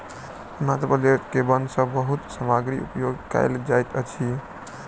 अरुणाचल प्रदेश के वन सॅ बहुत सामग्री उपयोग कयल जाइत अछि